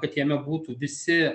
kad jame būtų visi